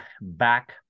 back